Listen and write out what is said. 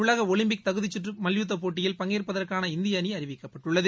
உலக ஒலிம்பிக் தகுதிக்கற்று மல்யுத்தப் போட்டியில் பங்கேற்பதற்கான இந்திய அணி அறிவிக்கப்பட்டுள்ளது